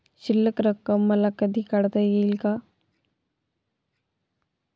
शिल्लक रक्कम मला कधी काढता येईल का?